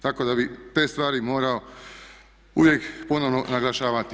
Tako da bih te stvari morao uvijek ponovno naglašavati.